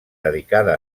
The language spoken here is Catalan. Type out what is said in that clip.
dedicada